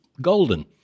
golden